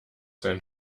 sein